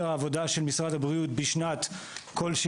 העבודה של משרד הבריאות בשנה כלשהי,